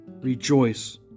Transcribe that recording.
rejoice